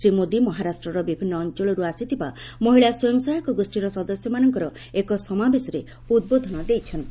ଶ୍ରୀ ମୋଦି ମହାରାଷ୍ଟ୍ରର ବିଭିନ୍ନ ଅଞ୍ଚଳରୁ ଆସିଥିବା ମହିଳା ସ୍ୱୟଂସହାୟକ ଗୋଷ୍ଠୀର ସଦସ୍ୟମାନଙ୍କର ଏକ ସମାବେଶରେ ଉଦ୍ବୋଧନ ଦେଇଛନ୍ତି